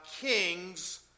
kings